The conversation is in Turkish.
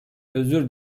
özür